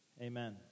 Amen